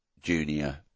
junior